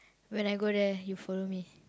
when I go there you follow me